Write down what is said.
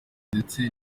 ndetse